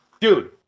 Dude